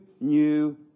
new